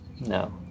No